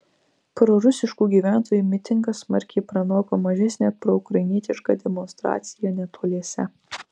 prorusiškų gyventojų mitingas smarkiai pranoko mažesnę proukrainietišką demonstraciją netoliese